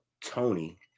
Tony